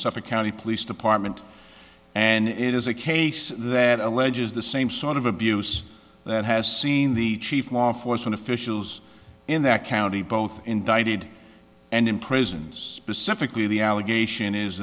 county police department and it is a case that alleges the same sort of abuse that has seen the chief law enforcement officials in that county both indicted and in prisons specifically the allegation is